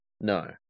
No